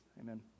Amen